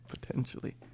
Potentially